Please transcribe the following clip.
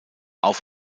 auf